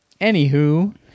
anywho